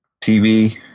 TV